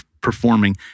performing